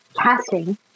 casting